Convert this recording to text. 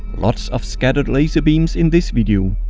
lots of scattered laser beams in this video.